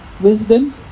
wisdom